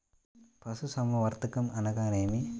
పశుసంవర్ధకం అనగా ఏమి?